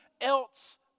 else